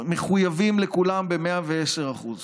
מחויבים לכולם ב-110%.